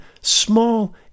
small